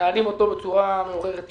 מנהלים את האירוע ברמה מעוררת השתאות.